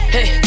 Hey